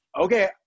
okay